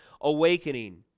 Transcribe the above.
Awakening